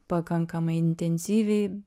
pakankamai intensyviai